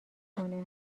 کنه